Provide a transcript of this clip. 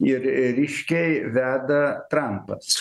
ir ryškiai veda trampas